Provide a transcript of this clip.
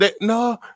no